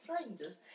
Strangers